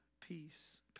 peace